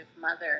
mother